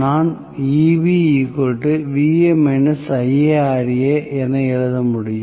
நான் என எழுத முடியும்